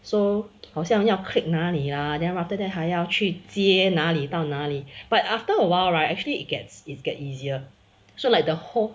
so 好像要 click 哪里啊 ya then after that 还要去接哪里到哪里 but after awhile right actually it gets its get easier so like the whole